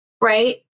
right